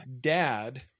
dad